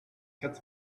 quatre